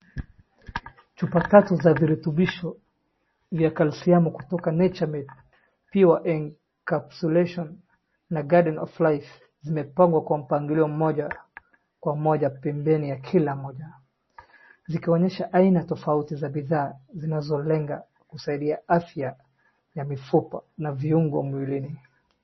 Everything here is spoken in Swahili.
Chupa tatu za virutubisho vya calciamu kutoka nature made pure and calsulaton na garden of life ,zimepangwa kwa mpangilio moja kwa moja pembeni ya kila moja. Zikionyesha aina tofauti ya bithaa zinzolenga kusaidia afya ya mifupa na viungo mwilini.